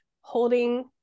holding